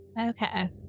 Okay